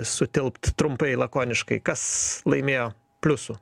sutilpt trumpai lakoniškai kas laimėjo pliusų